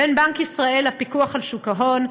בין בנק ישראל לפיקוח על שוק ההון,